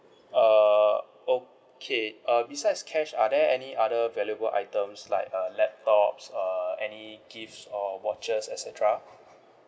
err okay uh besides cash are there any other valuable items like a laptops err any gifts or watches et cetera